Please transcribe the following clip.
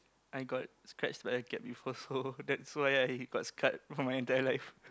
I got scratched by a cat before so that's why I got scarred for my entire life